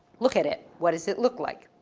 look at it. what does it look like?